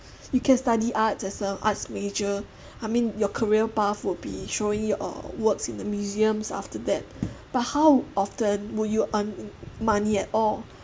you can study arts as a arts major I mean your career path will be showing your works in the museums after that but how often will you earn money at all